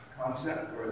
concept